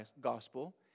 gospel